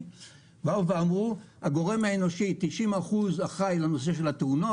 אמרו שהגורם האנושי אחראי ל-90% מהתאונות,